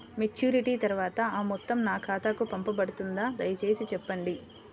Maturity తర్వాత ఆ మొత్తం నా ఖాతాకు పంపబడుతుందా? దయచేసి చెప్పండి?